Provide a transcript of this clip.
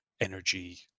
energy